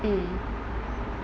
mm